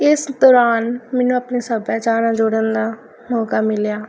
ਇਸ ਦੌਰਾਨ ਮੈਨੂੰ ਆਪਣੇ ਸੱਭਿਆਚਾਰ ਨਾਲ ਜੁੜਨ ਦਾ ਮੌਕਾ ਮਿਲਿਆ